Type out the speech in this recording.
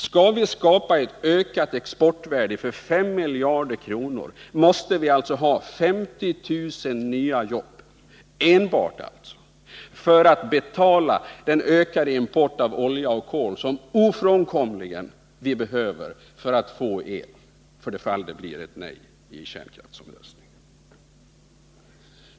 Skall vi skapa ett ökat exportvärde för S miljarder kronor måste vi alltså ha 50 000 nya jobb enbart för att betala den ökade import av olja och kol som vi ofrånkomligen behöver för att få el i det fall det blir ett nej i kärnkraftsomröstningen.